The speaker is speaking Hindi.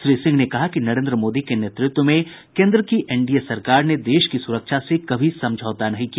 श्री सिंह ने कहा कि नरेन्द्र मोदी के नेतृत्व में केन्द्र की एनडीए सरकार ने देश की सुरक्षा से कभी समझौता नहीं किया